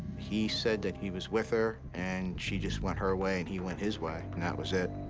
he said that he was with her, and she just went her way and he went his way, and that was it.